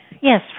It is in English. yes